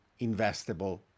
Investable